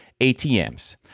ATMs